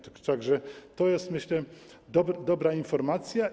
Tak że to jest - myślę - dobra informacja.